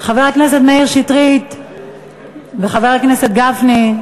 חבר הכנסת מאיר שטרית וחבר הכנסת גפני,